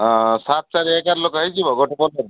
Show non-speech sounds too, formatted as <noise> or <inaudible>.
ହଁ ସାତ ଚାରି ଏଗାର ଲୋକ ହେଇଯିବ ଗୋଟେ <unintelligible>